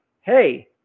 hey